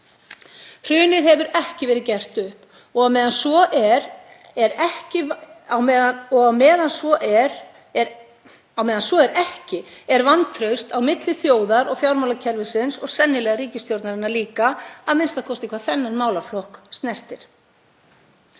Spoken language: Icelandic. Hrunið hefur ekki verið gert upp og á meðan svo er ekki er vantraust á milli þjóðar og fjármálakerfisins og sennilega ríkisstjórnarinnar líka, a.m.k. hvað þennan málaflokk snertir.